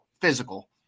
physical